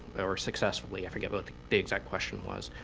or successfully. i forget what the exact question was.